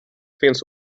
finns